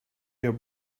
your